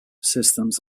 systems